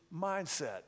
mindset